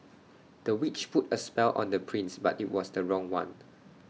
the witch put A spell on the prince but IT was the wrong one